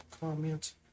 comments